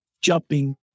jumping